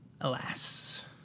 Alas